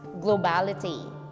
Globality